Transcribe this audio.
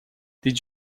did